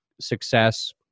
success